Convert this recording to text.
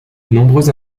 nombreuses